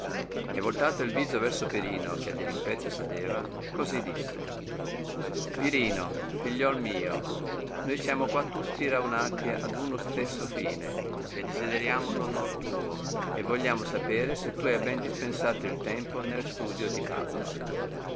e voltato il viso verso pirino che a dirimpetto sedeva cosi disse pirino figliuol mio noi siamo qua tutti raunati ad uno istesso fine e desideriamo l onor tuo e vogliamo sapere se tu hai ben dispensato il tempo nel studio di padova